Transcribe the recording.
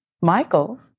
Michael